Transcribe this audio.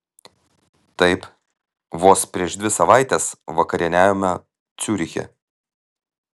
taip vos prieš dvi savaites vakarieniavome ciuriche